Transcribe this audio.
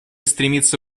стремиться